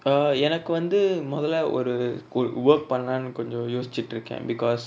err எனக்கு வந்து மொதல்ல ஒரு:enaku vanthu mothalla oru cool work பன்லானு கொஞ்சோ யோசிச்சிட்டு இருக்க:panlaanu konjo yosichitu iruka because